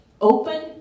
Open